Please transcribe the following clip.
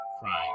crying